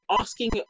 asking